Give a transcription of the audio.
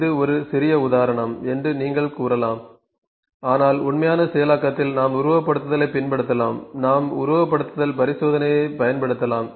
இது ஒரு சிறிய உதாரணம் என்று நீங்கள் கூறலாம் ஆனால் உண்மையான செயலாக்கத்தில் நாம் உருவகப்படுத்துதலைப் பயன்படுத்தலாம் நாம் உருவகப்படுத்துதல் பரிசோதனையைப் பயன்படுத்தலாம்